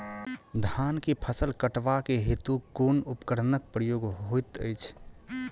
धान केँ फसल कटवा केँ हेतु कुन उपकरणक प्रयोग होइत अछि?